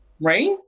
right